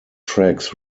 tracks